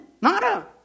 Nada